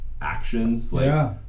actions—like